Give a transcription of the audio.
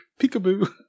peekaboo